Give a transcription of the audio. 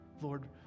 Lord